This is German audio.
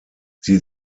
sie